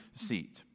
seat